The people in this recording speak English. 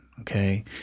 okay